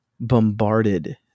bombarded